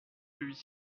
lui